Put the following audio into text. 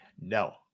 No